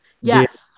Yes